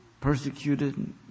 persecuted